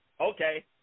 Okay